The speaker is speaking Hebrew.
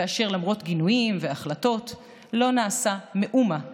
ולמרות גינויים והחלטות לא נעשה מאומה להשיבם,